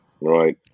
right